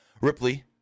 Ripley